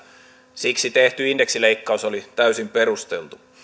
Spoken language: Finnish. siksi tehty indeksileikkaus oli täysin perusteltu